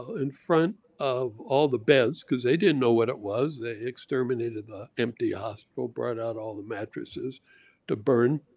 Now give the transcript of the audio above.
in front of all the beds, because they didn't know what it was, they exterminated the empty hospital, brought out all the mattresses to burn.